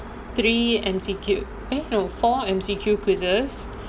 three M_C_Q eh no four M_C_Q quizzes